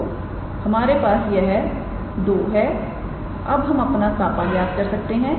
तो हमारे पास यह 2 है अब हम अपना कापा ज्ञात कर सकते हैं